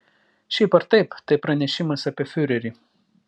šiaip ar taip tai pranešimas apie fiurerį